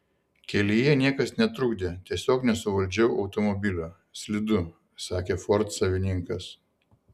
kelyje niekas netrukdė tiesiog nesuvaldžiau automobilio slidu sakė ford savininkas